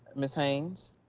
ms. haynes?